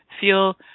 feel